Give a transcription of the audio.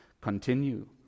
continue